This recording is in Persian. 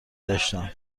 داشتم